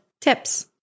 tips